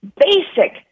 basic